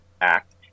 Act